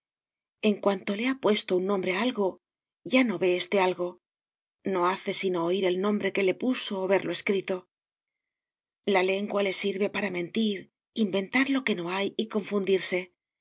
en cuanto le ha puesto un nombre a algo ya no ve este algo no hace sino oir el nombre que le puso o verlo escrito la lengua le sirve para mentir inventar lo que no hay y confundirse